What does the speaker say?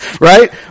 right